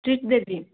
treat ଦେବି